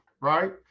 right